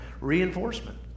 reinforcement